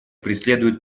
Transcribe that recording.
преследует